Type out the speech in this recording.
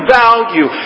value